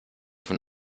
von